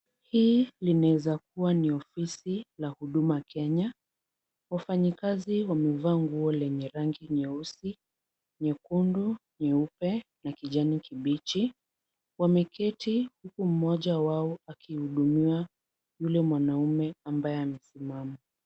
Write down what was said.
Hii inaweza kuwa ni ofisi la Huduma Kenya. Wafanyikazi wamevaa nguo lenye rangi nyeusi, nyekundu, nyeupe na kijani kibichi. Wameketi huku mmoja akimhudumia yule mwanaume ambaye amesimama.